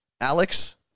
Alex